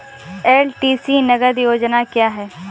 LTC नगद योजना क्या है?